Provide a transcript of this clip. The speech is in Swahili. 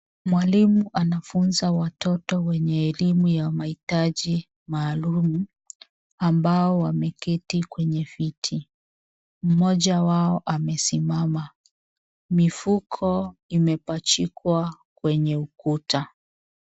Mwalimu anafunza watoto wenye elimu ya mahitaji maalum ambao wameketi kwenye viti. Mmoja wao amesimama, mifuko imepachikwa kwenye ukuta.